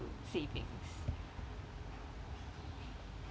savings